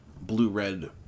Blue-Red